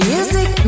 Music